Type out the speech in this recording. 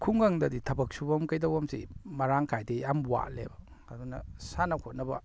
ꯈꯨꯡꯒꯪꯗꯗꯤ ꯊꯕꯛ ꯁꯨꯐꯝ ꯀꯩꯗꯧꯐꯝꯁꯤ ꯃꯔꯥꯡ ꯀꯥꯏꯗꯦ ꯌꯥꯝꯅ ꯋꯥꯠꯂꯦꯕ ꯑꯗꯨꯅ ꯁꯥꯟꯅ ꯈꯣꯠꯅꯕ